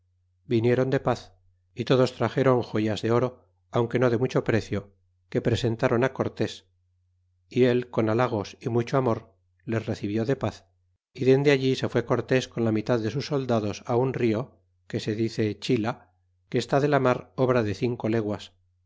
viniéron de paz y todos traxéron joyas de oro aunque no de mucho precio que presentron cortés y él con halagos y mucho amor les recibió de paz y dende allí se fué cortés con la mitad de sus soldados un rio que se dice chila que está de la mar obra de cinco leguas